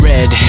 Red